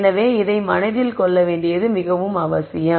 எனவே இதை மனதில் கொள்ள வேண்டியது அவசியம்